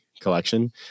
collection